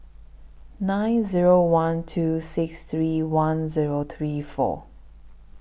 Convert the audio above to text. nine Zero one two six three one Zero three four